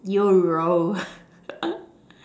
you're